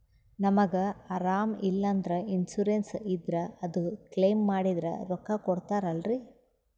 ನಮಗ ಅರಾಮ ಇಲ್ಲಂದ್ರ ಇನ್ಸೂರೆನ್ಸ್ ಇದ್ರ ಅದು ಕ್ಲೈಮ ಮಾಡಿದ್ರ ರೊಕ್ಕ ಕೊಡ್ತಾರಲ್ರಿ?